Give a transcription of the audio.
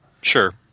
sure